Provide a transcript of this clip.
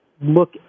look